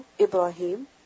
Ibrahim